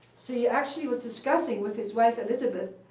so he actually was discussing with his wife, elisabeth,